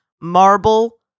marble